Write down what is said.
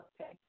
Okay